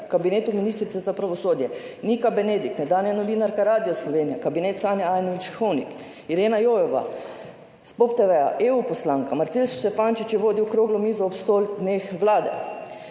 v kabinetu ministrice za pravosodje, Nika Benedik, nekdanja novinarka Radia Slovenija, kabinet Sanja Ajanović Hoivik, Irena Joveva s POP TV EU poslanka, Marcel Štefančič je vodil okroglo mizo ob sto dneh vlade,